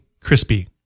crispy